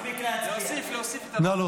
מירב כהן ודוד ביטן אושרה בקריאה טרומית ותעבור